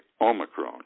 omicron